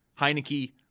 Heineke